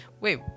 Wait